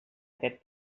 aquest